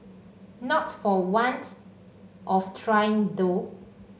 not for want of trying though